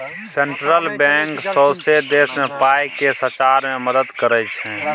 central bank सौंसे देश मे पाइ केँ सचार मे मदत करय छै